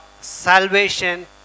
salvation